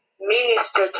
minister